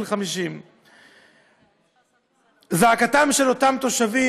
50. אני חושב שזעקתם של אותם תושבים